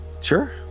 sure